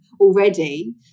already